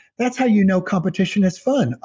that's how you know competition is fun.